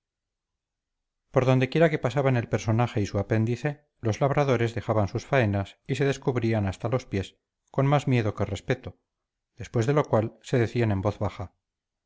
por donde quiera que pasaban el personaje y su apéndice los labradores dejaban sus faenas y se descubrían hasta los pies con más miedo que respeto después de lo cual decían en voz baja